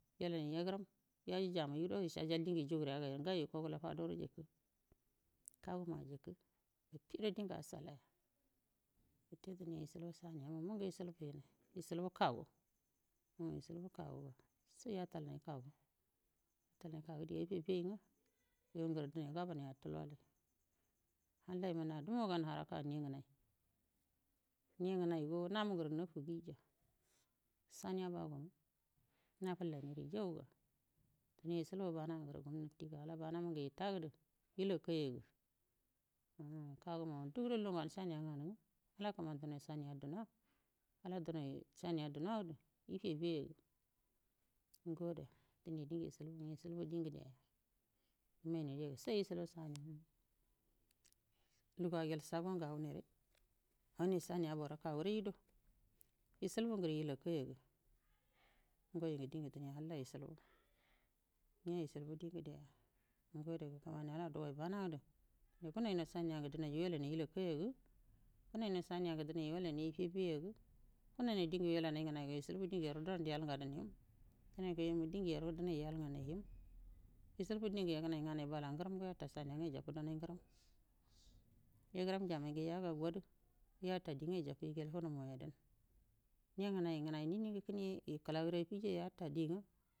Yelan yeagram yaji jamai gudo yaji guguniyya ngayo uikulgula fado kawu ma jakai aftigudo wukula dan, wute gan saniyya mun gaji lugu kunon yakulge kawu a yukulge ga saniya kawu yo yon ga gan gabow alliyan halla na dumo yen harka mego ngenai mego ngenaci na munge shaniya bawon nafullani jaiga di mucilburu bana ngir gonnati halla banan girta gede yulbi hi kawuman ndugudo yen mego ngani ge alla demai saniya duna yaciyuya ngo ada nge yucilbu o ngo ada nengo sai lugu agel shagonge aui saniyar bor kawuyen yi ebu gen yikoiyomin yo yucilbu di ada ngo ada kiminane dogai bangede affigudo saniyange henaino saniyenge ciciyege henacino yellagu diyyani dangi yaltigadan henai din yelangadan yialbu yenenai bala ngrimmao geta samina jabbo ngrim yegram jamai yo yaga gwodi yatai di naguguga mego nhemai ngenai nini.